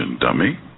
dummy